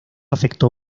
afectó